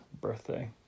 birthday